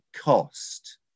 cost